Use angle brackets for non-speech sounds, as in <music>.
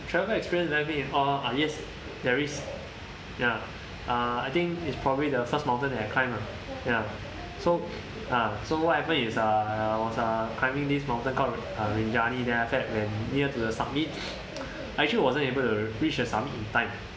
travel experience left me in awe uh yes there is ya uh I think is probably the first mountain that I climbed ya so uh so what happened is uh I was uh climbing this mountain called uh rinjani then after that when near to the summit <noise> actually I wasn't able to reach the summit in time